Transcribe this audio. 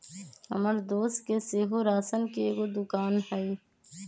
हमर दोस के सेहो राशन के एगो दोकान हइ